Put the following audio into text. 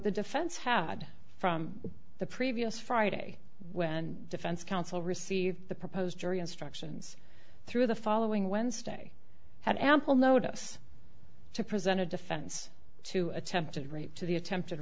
the defense had from the previous friday when defense counsel received the proposed jury instructions through the following wednesday had ample notice to present a defense to attempted rape to the attempted